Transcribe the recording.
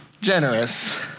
generous